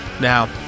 Now